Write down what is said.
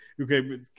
okay